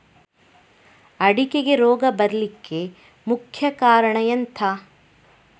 ಅಡಿಕೆಗೆ ರೋಗ ಬರ್ಲಿಕ್ಕೆ ಮುಖ್ಯ ಕಾರಣ ಎಂಥ?